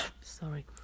sorry